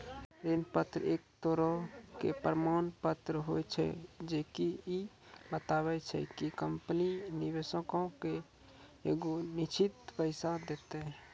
ऋण पत्र एक तरहो के प्रमाण पत्र होय छै जे की इ बताबै छै कि कंपनी निवेशको के एगो निश्चित पैसा देतै